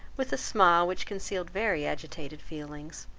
with a smile, which concealed very agitated feelings,